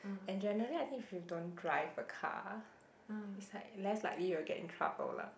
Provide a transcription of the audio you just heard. and generally I think if you don't drive a car is like less likely you will get in trouble lah